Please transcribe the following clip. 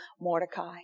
Mordecai